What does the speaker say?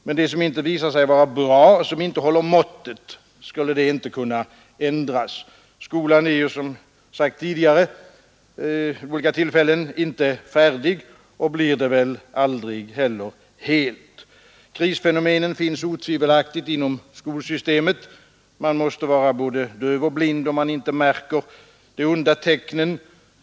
Men det som inte visar sig vara bra och som inte håller måttet — skulle det inte kunna ändras? Skolan är, som det sagts tidigare vid olika tillfällen, inte färdig och blir det väl aldrig heller helt. Krisfenomen finns otvivelaktigt inom skolsystemet. Man måste vara både döv och blind om man inte märker de onda tecknen.